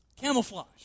camouflage